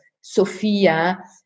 Sophia